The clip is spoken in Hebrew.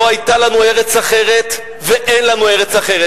לא היתה לנו ארץ אחרת ואין לנו ארץ אחרת.